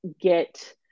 get